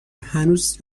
هنوز